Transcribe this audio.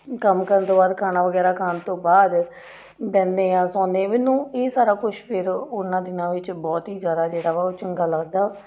ਕੰਮ ਕਰਨ ਤੋਂ ਬਾਅਦ ਖਾਣਾ ਵਗੈਰਾ ਖਾਣ ਤੋਂ ਬਾਅਦ ਬਹਿੰਦੇ ਹਾਂ ਸੌਂਦੇ ਹਾਂ ਮੈਨੂੰ ਇਹ ਸਾਰਾ ਕੁਛ ਫਿਰ ਉਹਨਾਂ ਦਿਨਾਂ ਵਿੱਚ ਬਹੁਤ ਹੀ ਜ਼ਿਆਦਾ ਜਿਹੜਾ ਵਾ ਉਹ ਚੰਗਾ ਲੱਗਦਾ